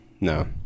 No